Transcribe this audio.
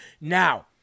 now